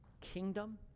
kingdom